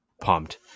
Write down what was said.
Pumped